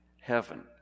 heaven